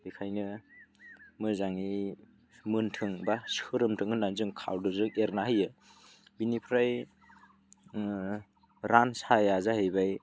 बेखायनो मोजाङै मोनथों एबा सोरोमथों होननानै खादौजों एरना होयो बेनिफ्राय रानसाया जाहैबाय